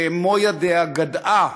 במו ידיה גדעה